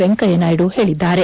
ವೆಂಕಯ್ಲನಾಯ್ದು ಹೇಳದ್ದಾರೆ